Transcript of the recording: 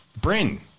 Bryn